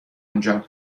اونجام